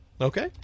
Okay